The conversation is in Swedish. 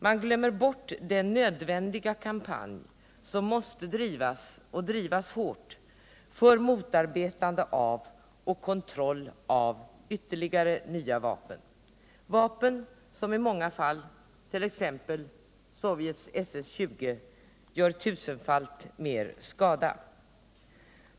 Man glömmer bort den nödvändiga kampanj som måste drivas — och drivas hårt — för motarbetande av och kontroll av ytterligare nya vapen som i många fall, t.ex. Sovjets SS 20, gör tusenfalt mer skada.